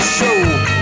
show